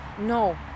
No